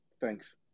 Thanks